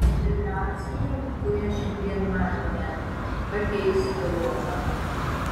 migracija kurią šiandien matome pakeis europą